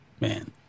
Man